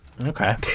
Okay